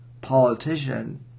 politician